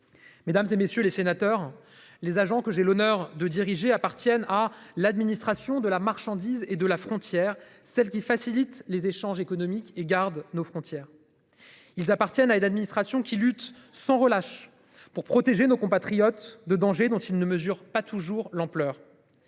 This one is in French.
Mesdames, et messieurs les sénateurs, les agents que j'ai l'honneur de diriger appartiennent à l'administration de la marchandise et de la frontière, celle qui facilite les échanges économiques et gardent nos frontières. Ils appartiennent à une administration qui luttent sans relâche pour protéger nos compatriotes de danger dont ils ne mesurent pas toujours l'ampleur.